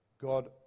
God